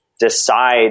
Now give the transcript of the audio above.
decide